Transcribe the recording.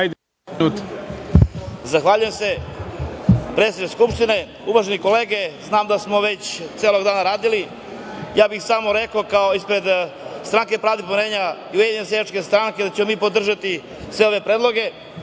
Zahvaljujem se predsedniče Skupštine. Uvažene kolege, znam da smo već celog dana radili. Ja bih samo rekao ispred Stranke pravde i pomirenja i Ujedinjene seljačke stranke da ćemo mi podržati sve ove predloge